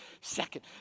second